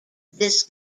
this